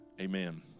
Amen